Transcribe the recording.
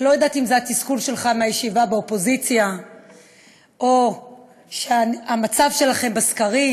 אני לא יודעת אם זה התסכול שלך מהישיבה באופוזיציה או המצב שלכם בסקרים,